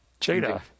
Jada